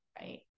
right